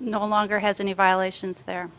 no longer has any violations there